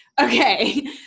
Okay